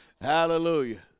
Hallelujah